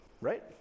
right